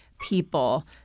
people